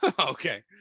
okay